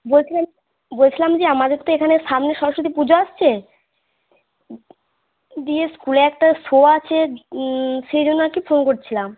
বলছিলাম বলছিলাম যে আমাদের তো এখানে সামনে সরস্বতী পুজো আসছে দিয়ে স্কুলে একটা শো আছে সেই জন্য আর কি ফোন করছিলাম